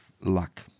luck